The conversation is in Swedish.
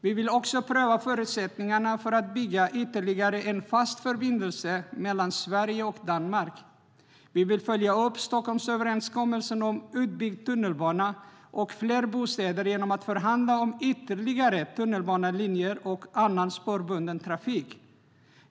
Vi vill också pröva förutsättningarna för att bygga ytterligare en fast förbindelse mellan Sverige och Danmark.Vi vill följa upp Stockholmsöverenskommelsen om utbyggd tunnelbana och fler bostäder genom att förhandla om ytterligare tunnelbanelinjer och annan spårbunden trafik.